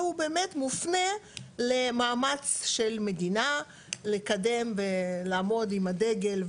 והוא באמת מופנה למאמץ של מדינה לקדם ולעמוד עם הגדל,